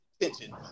attention